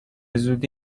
زودی